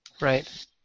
Right